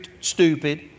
stupid